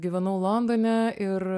gyvenau londone ir